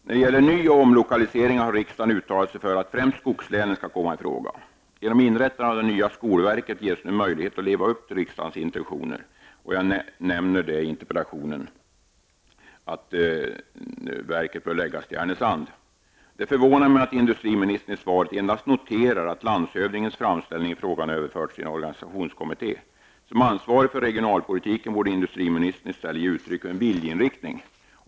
När det gäller ny och omlokalisering har riksdagen uttalat sig för att främst skogslänen skall komma i fråga. Inrättandet av det nya skolverket innebär en möjlighet att leva upp till riksdagens intentioner. Jag nämner i interpellationen att verket bör förläggas till Härnösand. Det förvånar mig att industriministern i svaret endast noterar att landshövdingens framställning i frågan överförts till en organisationskommitté. Som ansvarig för regionalpolitiken borde industriministern i stället ge uttryck för en viljeinriktning.